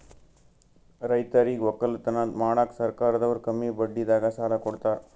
ರೈತರಿಗ್ ವಕ್ಕಲತನ್ ಮಾಡಕ್ಕ್ ಸರ್ಕಾರದವ್ರು ಕಮ್ಮಿ ಬಡ್ಡಿದಾಗ ಸಾಲಾ ಕೊಡ್ತಾರ್